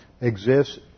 exists